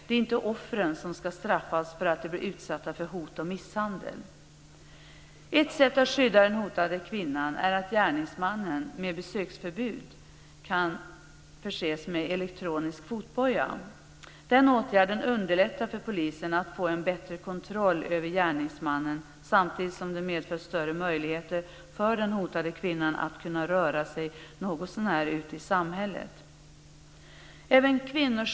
Det är inte offren som ska straffas för att de blir utsatta för hot och misshandel. Ett sätt att skydda den hotade kvinnan är att gärningsmannen med besöksförbud kan förses med elektronisk fotboja. Den åtgärden underlättar för polisen att få bättre kontroll över gärningsmannen, samtidigt som det medför större möjligheter för den hotade kvinnan att röra sig något så när ute i samhället.